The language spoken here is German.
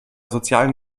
sozialen